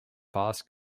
fast